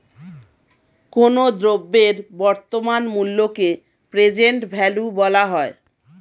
কোনো দ্রব্যের বর্তমান মূল্যকে প্রেজেন্ট ভ্যালু বলা হয়